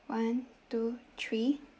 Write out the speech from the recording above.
one two three